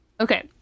Okay